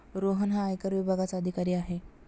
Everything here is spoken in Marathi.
रोहन हा आयकर विभागाचा अधिकारी आहे